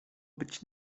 być